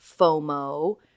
FOMO